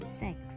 six